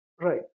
Right